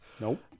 Nope